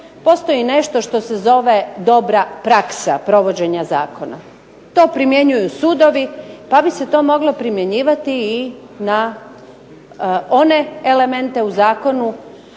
postoji nešto što se zove dobra praksa provođenja zakona. To primjenjuju sudovi, pa bi se to moglo primjenjivati i na one elemente u zakonu